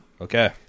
Okay